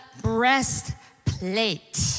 breastplate